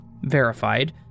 verified